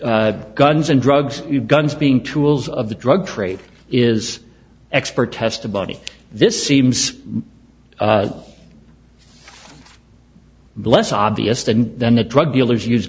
says guns and drugs guns being tools of the drug trade is expert testimony this seems less obvious than than the drug dealers use